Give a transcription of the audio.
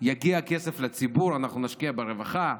יגיע כסף לציבור, אנחנו נשקיע ברווחה,